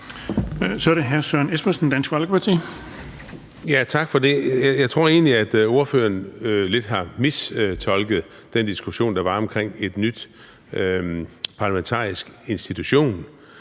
Så er det hr. Søren Espersen, Dansk Folkeparti. Kl. 16:26 Søren Espersen (DF): Tak for det. Jeg tror egentlig, at ordføreren lidt har mistolket den diskussion, der var om en ny parlamentarisk institution.